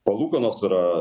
palūkanos yra